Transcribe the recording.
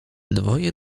dwoje